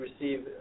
receive